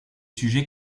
sujets